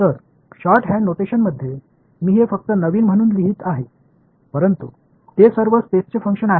तर शॉर्टहँड नोटेशनमध्ये मी हे फक्त नवीन म्हणून लिहित आहे परंतु ते सर्व स्पेसचे फंक्शन आहेत